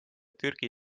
türgi